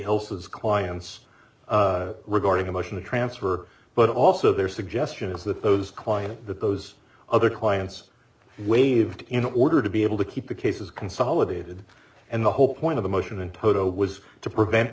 else's clients regarding a motion to transfer but also their suggestion is that those client that those other clients waived in order to be able to keep the cases consolidated and the whole point of the motion in toto was to prevent